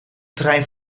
trein